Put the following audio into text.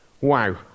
Wow